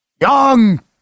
Young